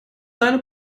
deine